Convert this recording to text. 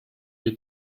wir